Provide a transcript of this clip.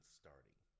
starting